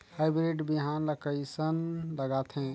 Hybrid बिहान ला कइसन लगाथे?